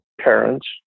parents